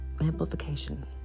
amplification